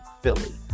Philly